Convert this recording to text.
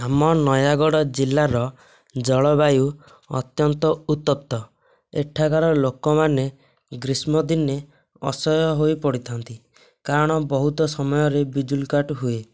ଆମ ନୟାଗଡ଼ ଜିଲ୍ଲାର ଜଳବାୟୁ ଅତ୍ୟନ୍ତ ଉତ୍ତପ୍ତ ଏଠାକାର ଲୋକମାନେ ଗ୍ରୀଷ୍ମଦିନେ ଅସହ୍ୟୟ ହୋଇ ପଡ଼ିଥାଆନ୍ତି କାରଣ ବହୁତ ସମୟରେ ବିଜୁଲି କାଟ ହୁଏ